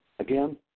Again